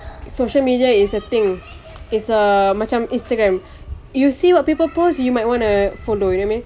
social media is a thing is uh macam instagram you see what people post you might want to follow you know what I mean